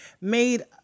made